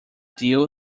deal